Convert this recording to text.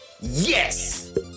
yes